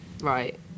Right